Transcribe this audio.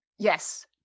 Yes